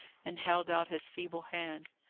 and held out his feeble hand.